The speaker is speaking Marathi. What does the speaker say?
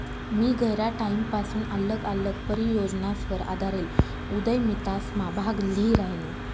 मी गयरा टाईमपसून आल्लग आल्लग परियोजनासवर आधारेल उदयमितासमा भाग ल्ही रायनू